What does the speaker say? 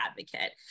advocate